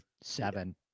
seven